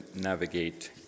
navigate